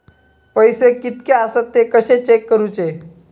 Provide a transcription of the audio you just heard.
पैसे कीतके आसत ते कशे चेक करूचे?